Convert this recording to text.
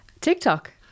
TikTok